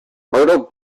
myrtle